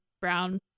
brown